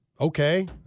Okay